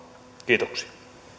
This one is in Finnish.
kiitoksia